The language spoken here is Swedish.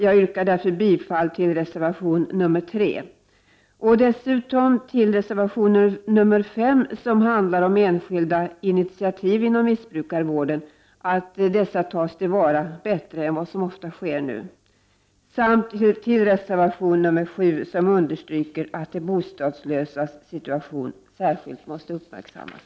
Jag yrkar bifall till reservation nr 3 och dessutom till reservation nr 5, som handlar om att enskilda initiativ inom missbrukarvården skall tas till vara bättre än vad som nu ofta sker, samt till reservation nr 7, i vilken vi understryker att de bostadslösas situation särskilt måste uppmärksammas.